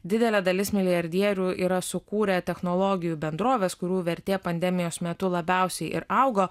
didelė dalis milijardierių yra sukūrę technologijų bendroves kurių vertė pandemijos metu labiausiai ir augo